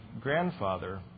grandfather